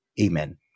Amen